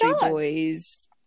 Boys